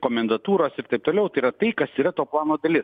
komendatūros ir taip toliau tai yra tai kas yra to plano dalis